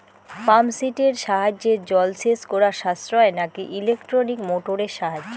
Pump সেটের সাহায্যে জলসেচ করা সাশ্রয় নাকি ইলেকট্রনিক মোটরের সাহায্যে?